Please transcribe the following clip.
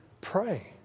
pray